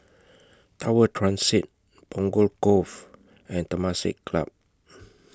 Tower Transit Punggol Cove and Temasek Club